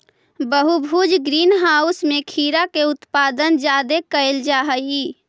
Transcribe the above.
बहुभुज greenhouse में खीरा के उत्पादन जादे कयल जा हई